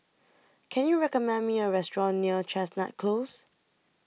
Can YOU recommend Me A Restaurant near Chestnut Close